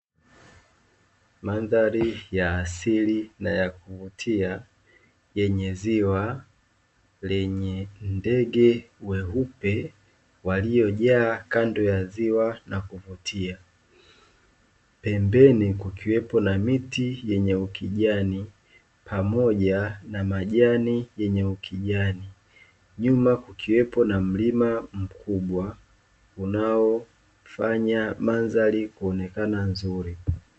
Mandhari ya asili na ya kuvutia yenye ziwa lenye ndege weupe waliojaa kando ya ziwa na kuvutia. Pembeni pakiwepo na miti yenye ukijani pamoja na majani yenye ukijani nyuma kukiwepo na mlima mkubwa unaomfanya mandhari kuonekana nzuri.